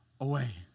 away